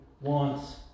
wants